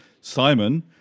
Simon